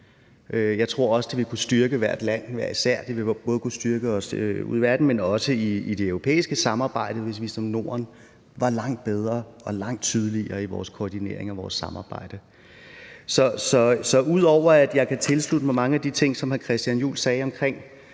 Jeg tror også, at det ville kunne styrke hvert land. Det ville både kunne styrke os ude i verden, men også i det europæiske samarbejde, hvis vi som Norden var langt bedre og langt tydeligere i vores koordinering af vores samarbejde. Så ud over at jeg kan tilslutte mig mange af de ting, som hr. Christian Juhl sagde, omkring